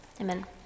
Amen